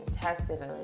tested